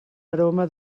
aroma